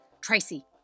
Tracy